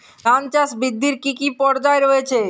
ধান চাষ বৃদ্ধির কী কী পর্যায় রয়েছে?